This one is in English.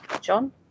John